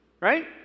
right